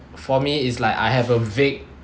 for me it's like I have a vague